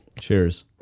Cheers